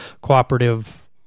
cooperative